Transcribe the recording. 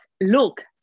look